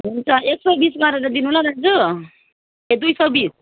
हुन्छ एक सौ बिस गरेर दिनु ल दाजु ए दुई सौ बिस